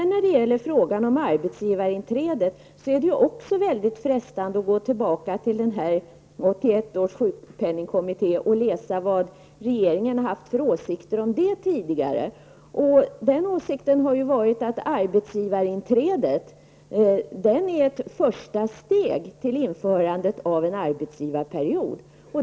När det gäller frågan om arbetsgivarinträde är det också mycket frestande att gå tillbaka till 1981 års sjukpenningkommitté och läsa vad regeringen har haft för åsikt om detta tidigare. Den åsikten har ju varit att arbetsgivarinträdet är ett första steg till införandet av en arbetsgivarperiod.